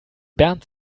bernd